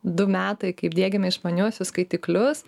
du metai kaip diegiame išmaniuosius skaitiklius